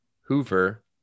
hoover